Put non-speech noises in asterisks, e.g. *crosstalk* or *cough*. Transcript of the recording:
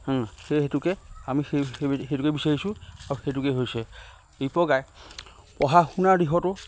সেই হেতুকে আমি সেই সেইটোকে বিচাৰিছোঁ আৰু সেইটোকে হৈছে *unintelligible* পঢ়া শুনাৰ দিশতো